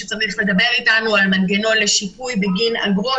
שצריך לדבר אתנו על מנגנון לשיפוי בגין אגרות